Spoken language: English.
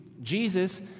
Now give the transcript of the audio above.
Jesus